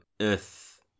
earth